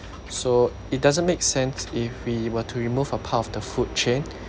so it doesn't make sense if we were to remove a part of the food chain